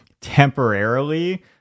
temporarily